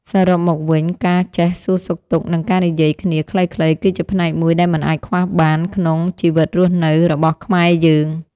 សរុបមកវិញការចេះសួរសុខទុក្ខនិងការនិយាយគ្នាខ្លីៗគឺជាផ្នែកមួយដែលមិនអាចខ្វះបានក្នុងជីវិតរស់នៅរបស់ខ្មែរយើង។